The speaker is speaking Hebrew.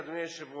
אדוני היושב-ראש,